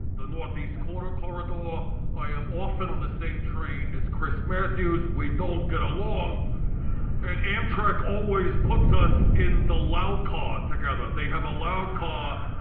the northeast corner corridor. i am often on the same train as chris matthews we don't get along and amtrak always puts us in the loud car together. they have a loud car.